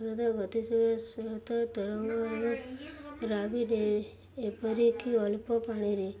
ଶ୍ରଦ ଗତିଶୀଳ ସ୍ରୋତ ତରଙ୍ଗ ରାବି ଏପରି କି ଅଳ୍ପ ପାଣିରେ